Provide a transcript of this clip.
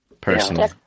Personally